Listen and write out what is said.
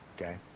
okay